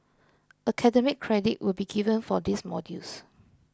academic credit will be given for these modules